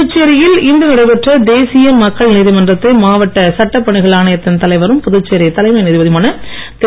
புதுச்சேரியில் இன்று நடைபெற்ற தேசிய மக்கள் நீதிமன்றத்தை மாவட்ட சட்டப்பணிகள் ஆணையத்தின் தலைவரும் புதுச்சேரி தலைமை நீதிபதியுமான திரு